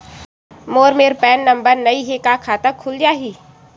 मोर मेर PAN number नई हे का खाता खुल जाही?